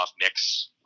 mix